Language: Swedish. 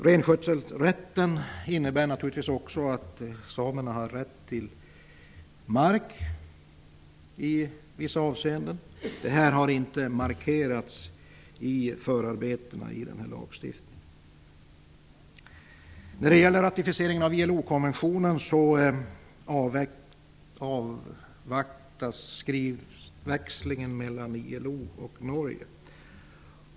Renskötselsrätten innebär naturligtvis att samerna har rätt till mark i vissa avseenden, men detta har inte markerats i förarbetena till lagstiftningen. När det gäller ratificering att ILO-konventionen avvaktas skriftväxlingen mellan ILO och Norge.